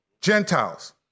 Gentiles